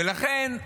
ולכן,